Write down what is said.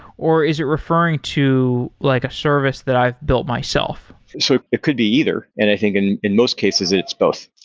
or is it referring to like a service that i've built myself? so it could be either, and i think in in most cases it's both.